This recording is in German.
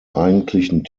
eigentlichen